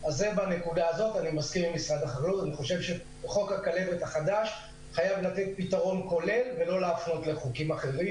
אני חושב שחוק הכלבת החדש חייב לתת פתרון כולל ולא להפנות לחוקים אחרים,